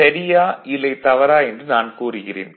சரியா இல்லை தவறா என்று நான் கூறுகிறேன்